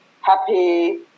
happy